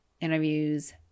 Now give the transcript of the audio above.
interviews